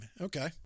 okay